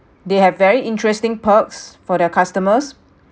they have very interesting perks for their customers